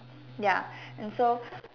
ya and so